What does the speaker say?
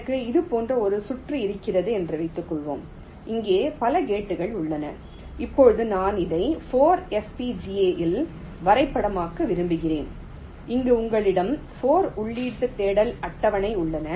எனக்கு இது போன்ற ஒரு சுற்று இருக்கிறது என்று வைத்துக்கொள்வோம் இங்கே பல கேட்கள் உள்ளன இப்போது நான் அதை 4 FPGA இல் வரைபடமாக்க விரும்புகிறேன் அங்கு உங்களிடம் 4 உள்ளீட்டு தேடல் அட்டவணைகள் உள்ளன